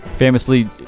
Famously